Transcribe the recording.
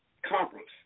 conference